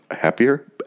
happier